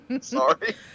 sorry